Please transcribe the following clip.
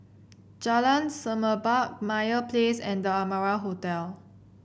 Jalan Semerbak Meyer Place and The Amara Hotel